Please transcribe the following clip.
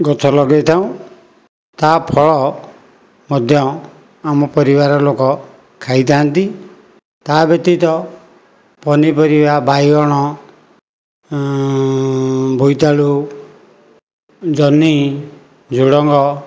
ଗଛ ଲଗାଇଥାଉ ତା ଫଳ ମଧ୍ୟ ଆମ ପରିବାର ଲୋକ ଖାଇଥାନ୍ତି ତା ବ୍ୟତୀତ ପନିପରିବା ବାଇଗଣ ବୋଇତାଳୁ ଜହ୍ନି ଝୁଡ଼ଙ୍ଗ